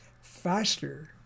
faster